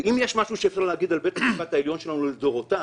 ואם יש משהו שאפשר להגיד על בית המשפט שלנו לדורותיו